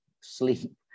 sleep